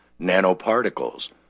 nanoparticles